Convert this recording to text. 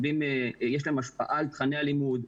יש להם השפעה על תכני הלימוד,